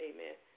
Amen